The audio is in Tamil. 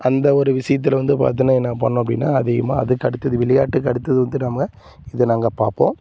அந்த ஒரு விஷயத்துல வந்து பார்த்திங்கனா என்ன பண்ணோம் அப்படின்னா அதிகமாக அதுக்கு அடுத்தது விளையாட்டுக்கு அடுத்தது வந்து நம்ம இதை நாங்கள் பார்ப்போம்